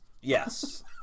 Yes